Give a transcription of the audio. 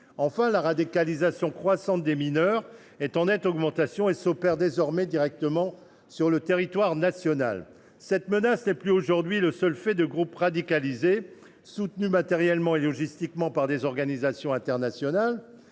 la radicalisation croissante de mineurs, en nette augmentation, s’opère désormais directement sur le territoire national. Cette menace n’est plus aujourd’hui le seul fait de groupes radicalisés, soutenus matériellement et logistiquement par des organisations internationales,